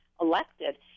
elected